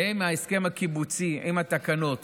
ואם ההסכם הקיבוצי, אם התקנות